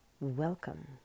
Welcome